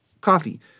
coffee